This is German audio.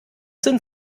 sind